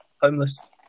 homeless